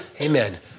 Amen